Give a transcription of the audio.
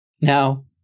Now